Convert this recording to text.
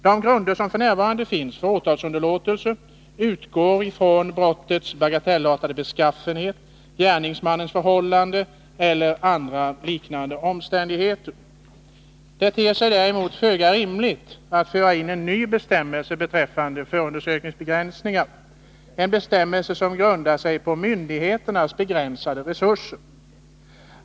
De grunder som f.n. finns för åtalsunderlåtelse utgår ifrån brottets bagatellartade beskaffenhet, gärningsmannens förhållande eller andra liknande omständigheter. Det ter sig däremot föga rimligt att föra in en ny bestämmelse beträffande förundersökningsbegränsningar, en bestämmelse som grundar sig på myndigheternas begränsade resurser.